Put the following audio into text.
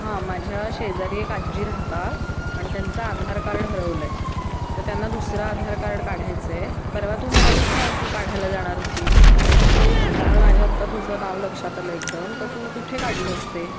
हां माझ्या शेजारी एक आजी राहतात आणि त्यांचा आधार कार्ड हरवलं आहे तर त्यांना दुसरा आधार कार्ड काढायचं आहे परवा तू म्हणालीस ना तू काढायला जाणार होतीस त्यामुळे माझ्या आत्ता तुझं नाव लक्षात आलं एकदम तर तू कुठे काढलंस ते